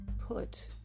put